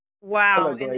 Wow